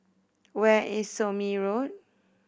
where is Somme Road